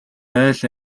айл